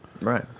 Right